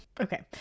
okay